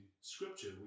Scripture